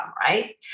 right